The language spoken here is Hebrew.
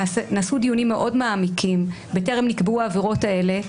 נעשו דיונים מאוד מעמיקים בטרם נקבעו העבירות האלה,